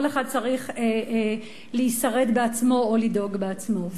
כל אחד צריך להישרד בעצמו או לדאוג בעצמו.